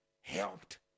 helped